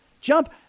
Jump